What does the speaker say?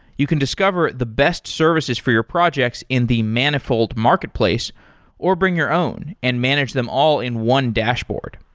you can discover the best services for your projects in the manifold marketplace or bring your own and manage them all in one dashboard.